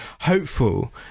hopeful